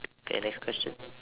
k next question